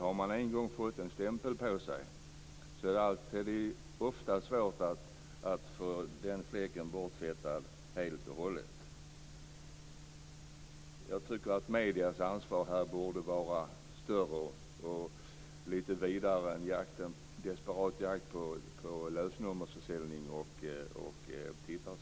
Har man en gång fått en stämpel på sig vet vi hur svårt det ofta är att få den fläcken borttvättad helt och hållet. Jag tycker att mediernas ansvar borde vara större och lite vidare än en desperat jakt på lösnummerförsäljning och tittarsiffror.